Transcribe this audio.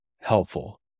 helpful